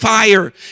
fire